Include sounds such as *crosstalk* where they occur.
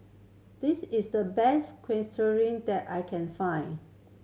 this is the best *unintelligible* I can find